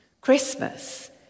Christmas